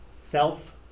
self